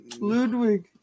Ludwig